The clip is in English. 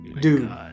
dude